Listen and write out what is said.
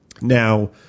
Now